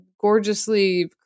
gorgeously